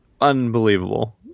unbelievable